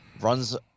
runs